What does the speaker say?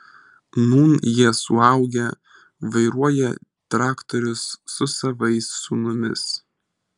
nūn jie suaugę vairuoja traktorius su savais sūnumis